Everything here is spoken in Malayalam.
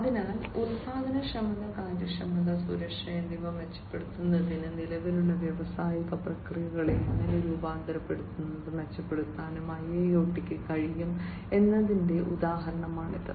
അതിനാൽ ഉൽപ്പാദനക്ഷമത കാര്യക്ഷമത സുരക്ഷ എന്നിവ മെച്ചപ്പെടുത്തുന്നതിന് നിലവിലുള്ള വ്യാവസായിക പ്രക്രിയകളെ എങ്ങനെ രൂപാന്തരപ്പെടുത്താനും മെച്ചപ്പെടുത്താനും IIoT ക്ക് കഴിയും എന്നതിന്റെ ഉദാഹരണമാണിത്